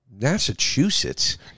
Massachusetts